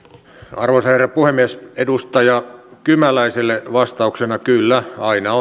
arvoisa herra puhemies edustaja kymäläiselle vastauksena kyllä aina